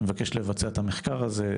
אני מבקש לבצע את המחקר הזה.